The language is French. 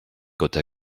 côte